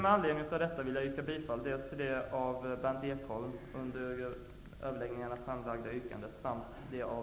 Med anledning av detta vill jag yrka bifall till det av